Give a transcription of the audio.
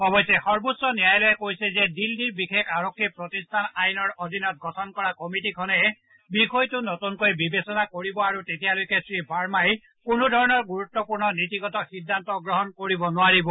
অৱশ্যে সৰ্বোচ্চ ন্যায়ালয়ে কয় যে দিল্লী বিশেষ আৰক্ষী প্ৰতিষ্ঠান আইনৰ অধীনত গঠন কৰা কমিটীখনে বিষয়টো নতুনকৈ বিবেচনা কৰিব আৰু তেতিয়ালৈকে শ্ৰীবাৰ্মাই কোনো ধৰণৰ গুৰুত্বপূৰ্ণ নীতিগত সিদ্ধান্ত গ্ৰহণ কৰিব নোৱাৰিব